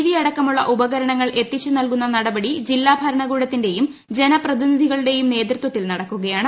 V അടക്കമുള്ള ഉപകരണ ങ്ങൾ എത്തിച്ചു നൽകുന്ന നടപടി ജില്ലാ ഭരണകൂടത്തിന്റെ യും ജനപ്രതിനിധികളുടെയും നേതൃത്വത്തിൽ നടക്കുക യാണ്